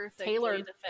Tailored